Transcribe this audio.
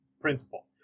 principle